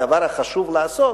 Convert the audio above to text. זה הדבר החשוב לעשות?